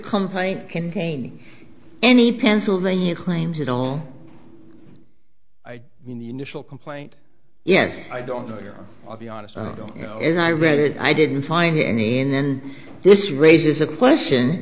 complaint contain any pennsylvania claims you know i mean the initial complaint yes i don't know you're of the honest i don't know if i read it i didn't find any and then this raises a question